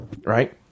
Right